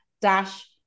dash